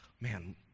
Man